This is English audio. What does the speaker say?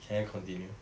can I continue